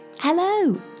Hello